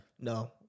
No